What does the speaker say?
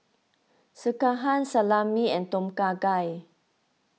Sekihan Salami and Tom Kha Gai